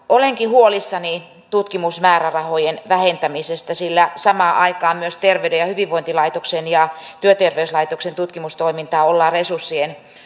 olenkin huolissani tutkimusmäärärahojen vähentämisestä sillä samaan aikaan myös terveyden ja hyvinvoinnin laitoksen ja työterveyslaitoksen tutkimustoimintaa ollaan resurssien